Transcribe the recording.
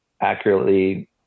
accurately